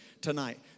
tonight